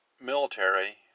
military